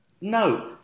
No